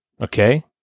okay